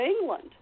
England